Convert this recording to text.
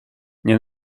nie